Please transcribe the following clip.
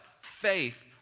faith